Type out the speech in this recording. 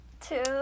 Two